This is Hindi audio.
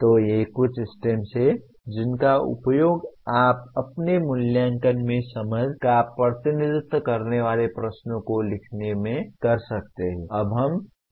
तो ये कुछ STEMS हैं जिनका उपयोग आप अपने मूल्यांकन में समझ का प्रतिनिधित्व करने वाले प्रश्नों को लिखने में कर सकते हैं